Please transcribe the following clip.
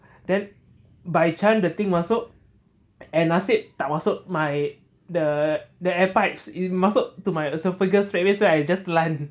then by chance the thing masuk and nasib tak masuk my the the air pipes it masuk my esophagus straightaway so I just telan